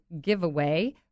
giveaway